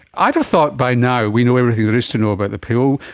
i'd have thought by now we know everything there is to know about the pill.